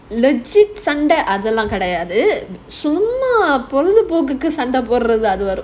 legit சண்டை அதெல்லாம் கெடயாது சும்மா பொழுது போக சண்டை போடுறது:sanda adhellaam kedayathu summaa poluthu poga sanda podurathu